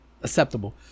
acceptable